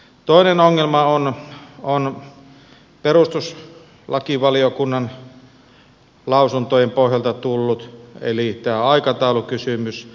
toinen ongelma on perustuslakivaliokunnan lausuntojen pohjalta tullut eli tämä aikataulukysymys